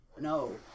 no